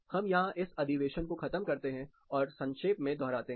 हम यहां इस अधिवेशन को खत्म करते हैं और इसे संक्षेप में दोहराते हैं